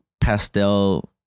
pastel